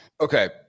Okay